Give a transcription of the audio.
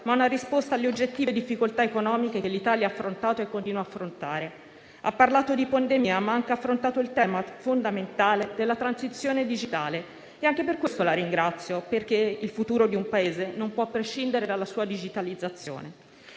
ma una risposta alle oggettive difficoltà economiche che l'Italia ha affrontato e continua ad affrontare. Ha parlato di pandemia, ma ha anche affrontato il tema fondamentale della transizione digitale e anche per questo la ringrazio, perché il futuro di un Paese non può prescindere dalla sua digitalizzazione.